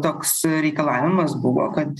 toks reikalavimas buvo kad